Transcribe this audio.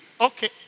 Okay